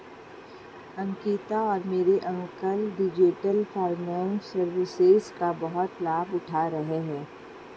अंकिता और मेरे uncle digital finance services का बहुत लाभ उठा रहे हैं